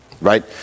right